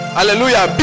Hallelujah